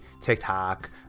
TikTok